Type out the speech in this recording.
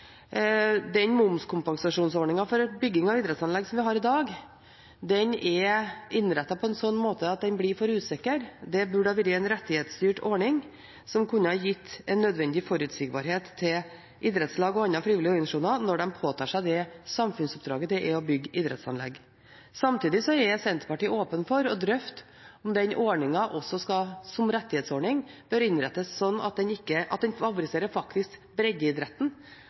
den momskompensasjonsordningen for bygging av idrettsanlegg som vi har i dag, er innrettet på en sånn måte at den blir for usikker. Det burde ha vært en rettighetsstyrt ordning som kunne ha gitt den nødvendige forutsigbarhet til idrettslag og andre frivillige organisasjoner når de påtar seg det samfunnsoppdraget det er å bygge idrettsanlegg. Samtidig er Senterpartiet åpen for å drøfte om den ordningen, som rettighetsordning, også bør innrettes slik at den adresserer breddeidretten og også favoriserer